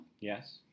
Yes